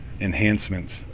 enhancements